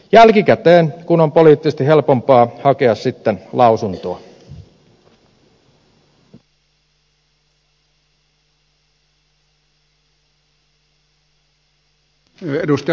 jälkikäteen kun on poliittisesti helpompaa hakea sitten lausuntoa